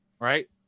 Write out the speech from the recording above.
right